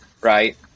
right